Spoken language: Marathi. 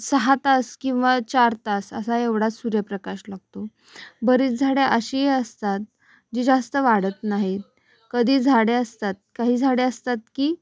सहा तास किंवा चार तास असा एवढाच सूर्यप्रकाश लागतो बरीच झाडे अशीही असतात जी जास्त वाढत नाहीत कधी झाडे असतात काही झाडे असतात की